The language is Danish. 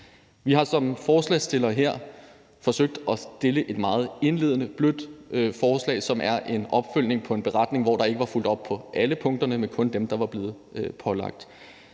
Vi har som forslagsstillere forsøgt indledningsvis at fremsætte et meget blødt forslag, som er en opfølgning på en beretning, hvor der ikke var fulgt op på alle punkterne, men kun dem, der var blevet pålagt.